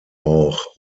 auch